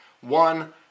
One